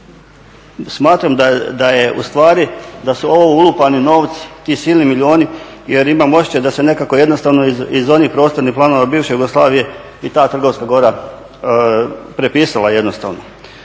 i smatram da je ustvari, da su ovo ulupani novci, ti silni milijuni jer imam osjećaj da se nekako jednostavno iz onih prostornih planova bivše Jugoslavije i ta Trgovska gora prepisala jednostavno.